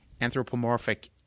anthropomorphic